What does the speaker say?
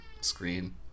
screen